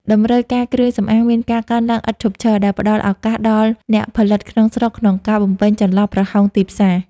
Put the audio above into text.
តម្រូវការគ្រឿងសម្អាងមានការកើនឡើងឥតឈប់ឈរ ដែលផ្ដល់ឱកាសដល់អ្នកផលិតក្នុងស្រុកក្នុងការបំពេញចន្លោះប្រហោងទីផ្សារ។